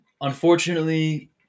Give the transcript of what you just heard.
unfortunately